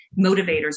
motivators